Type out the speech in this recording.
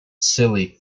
silly